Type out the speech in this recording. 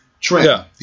trend